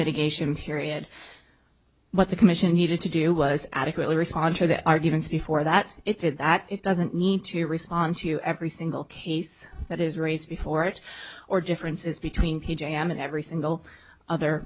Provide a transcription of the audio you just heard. mitigation period what the commission needed to do was adequately respond to the arguments before that it did that it doesn't need to respond to every single case that is raised before it or differences between p j am and every single other